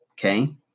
Okay